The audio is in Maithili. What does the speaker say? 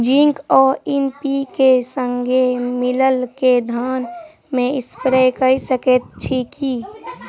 जिंक आ एन.पी.के, संगे मिलल कऽ धान मे स्प्रे कऽ सकैत छी की?